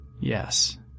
Yes